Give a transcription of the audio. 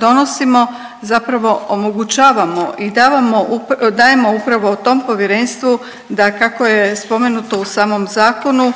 donosimo zapravo omogućavamo i dajemo upravo tom povjerenstvu da kako je spomenuto u samom zakonu